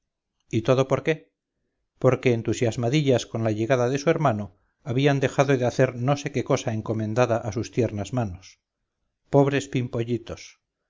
y todo por qué porque entusiasmadillas con la llegada de su hermano habían dejado de hacer no sé qué cosa encomendada a sus tiernas manos pobres pimpollitos